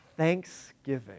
Thanksgiving